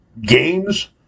games